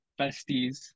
besties